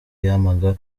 yampaga